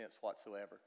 whatsoever